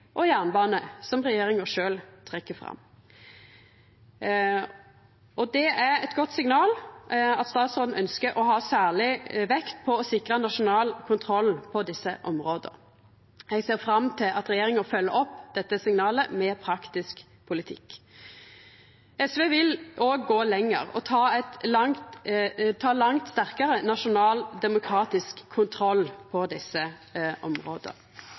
og jernbane å gjera, som regjeringa sjølv trekkjer fram. Det er eit godt signal at utanriksministeren ønskjer å ha særleg vekt på å sikra nasjonal kontroll på desse områda. Eg ser fram til at regjeringa følgjer opp dette signalet med praktisk politikk. SV vil òg gå lenger og ta langt sterkare nasjonal demokratisk kontroll på desse områda,